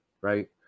right